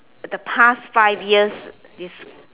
the past five years